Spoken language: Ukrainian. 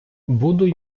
буду